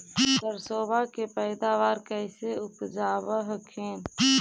सरसोबा के पायदबा कैसे उपजाब हखिन?